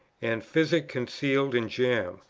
and physic concealed in jam,